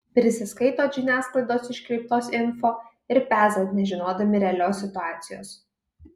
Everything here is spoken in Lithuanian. prisiskaitot žiniasklaidos iškreiptos info ir pezat nežinodami realios situacijos